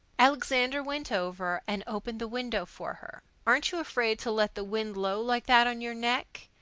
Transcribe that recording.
alexander went over and opened the window for her. aren't you afraid to let the wind low like that on your neck?